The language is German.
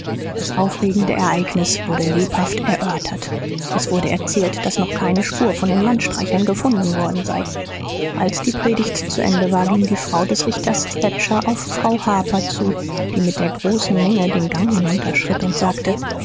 das aufregende ereignis wurde lebhaft erörtert es wurde erzählt daß noch keine spur von den landstreichern gefunden worden sei als die predigt zu ende war ging die frau des richters thatcher auf frau harper zu die mit der großen menge den gang hinunterschritt und sagte